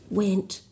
went